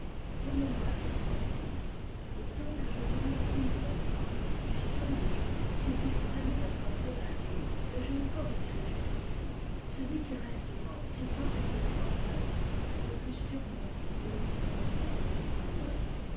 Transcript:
donnez-moi un peu de patience je temps que je vous lise une seule phrase du seul livre qui puisse vraiment être appelé un livre que j'aie encore écrit jusqu'ici celui qui restera si quoi que ce soit en reste le plus sûrement et le plus longtemps de toute mon œuvre